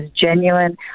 genuine